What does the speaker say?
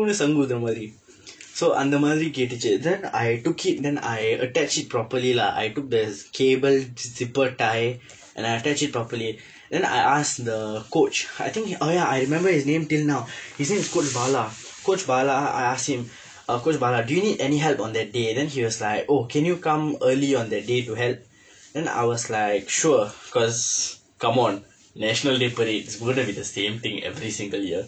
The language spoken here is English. சங்கு ஊதுற மாதிரி:sanku uuthura maathiri so அந்த மாதிரி கேட்டது:andtha maathiri keetdathu then I took it then I attach it properly lah I took this cable zipper tie and I attach it properly then I asked the coach I think he oh ya I remember his name till now his name is coach bala coach bala I ask him uh coach bala do need any help on that day then he was like oh can you come early on that day to help then I was like sure cause come on national day parades won't that be the same thing every single year